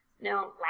No